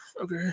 okay